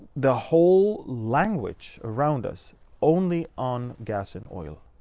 the whole language around us only on gas and oil.